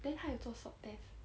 then 她有做 swab test